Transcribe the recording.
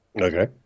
Okay